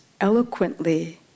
eloquently